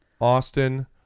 Austin